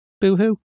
Boo-hoo